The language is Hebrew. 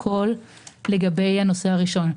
לגבי הנושא הראשון,